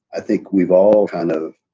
i think we've all kind of,